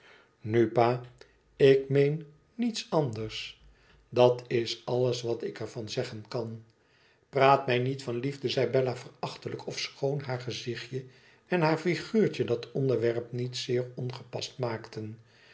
nu pa ik meen niets anders dat is alles wat ik er van zeggen kan praat mij niet van liefde zei bella verachtelijk ofschoon haar gezich en haar figuurtje dat onderwerp niet zeer ongepast maakten